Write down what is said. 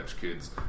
Kids